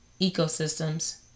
ecosystems